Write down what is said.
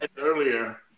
earlier